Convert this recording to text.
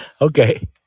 Okay